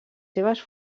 seves